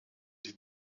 die